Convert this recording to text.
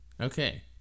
Okay